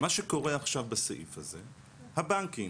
מה שקורה עכשיו בסעיף הזה, הבנקים